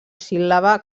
síl·laba